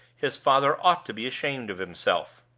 his father ought to be ashamed of himself.